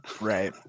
Right